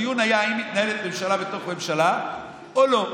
הדיון היה אם מתנהלת ממשלה בתוך ממשלה או לא.